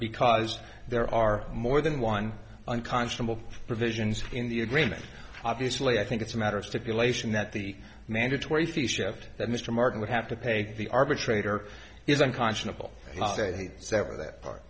because there are more than one unconscionable provisions in the agreement obviously i think it's a matter of stipulation that the mandatory fee shifted that mr martin would have to pay the arbitrator is unconscionable they sever that part